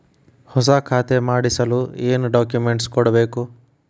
ಹೊಸ ಖಾತೆ ಮಾಡಿಸಲು ಏನು ಡಾಕುಮೆಂಟ್ಸ್ ಕೊಡಬೇಕು?